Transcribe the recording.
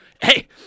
hey